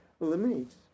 eliminates